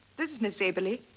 this is miss eberli.